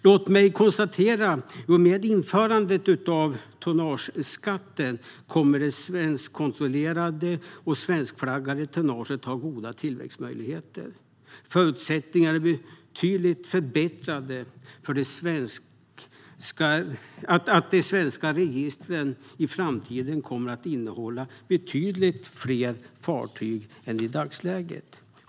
Låt mig konstatera att i och med införandet av tonnageskatten kommer det svenskkontrollerade och svenskflaggade tonnaget att ha goda tillväxtmöjligheter. Förutsättningarna blir avsevärt förbättrade för att de svenska registren i framtiden kommer att innehålla betydligt fler fartyg än i dagsläget.